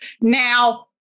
Now